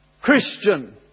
Christian